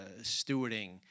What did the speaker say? stewarding